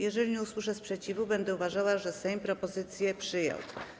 Jeżeli nie usłyszę sprzeciwu, będę uważała, że Sejm propozycję przyjął.